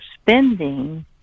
spending